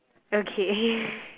okay